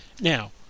Now